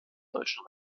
deutschen